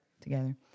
together